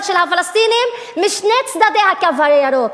של הפלסטינים משני צדי "הקו הירוק".